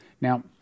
Now